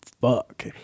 fuck